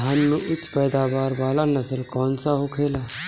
धान में उच्च पैदावार वाला नस्ल कौन सा होखेला?